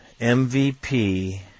MVP